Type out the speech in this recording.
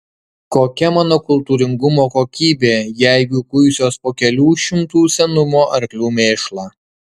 kokia mano kultūringumo kokybė jeigu kuisiuos po kelių šimtų senumo arklių mėšlą